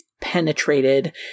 penetrated